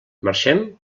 marxem